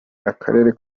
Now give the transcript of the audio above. akarere